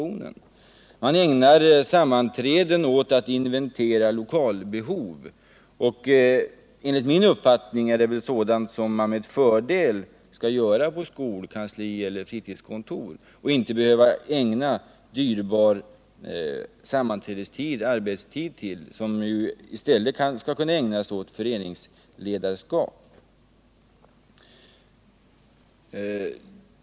Man har ägnat sammanträden åt att inventera lokalbehov. Enligt min uppfattning är det sådant som man med fördel skall göra på skolkanslier och fritidskontor och inte behöva ägna dyrbar sammanträdestid och arbetstid åt, som ju i stället skall kunna ägnas åt föreningsledarskap.